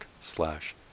slash